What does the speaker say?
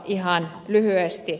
ihan lyhyesti